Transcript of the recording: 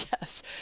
Yes